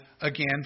again